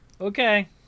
Okay